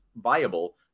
viable